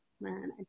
man